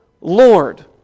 Lord